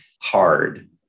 hard